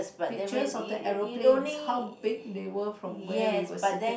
pictures of the aeroplanes how big they were from where we were sitted